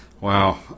Wow